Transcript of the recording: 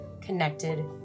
connected